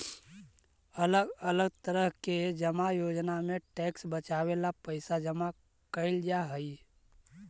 अलग अलग तरह के जमा योजना में टैक्स बचावे ला पैसा जमा कैल जा हई